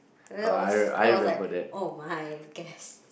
that was that was like oh my guest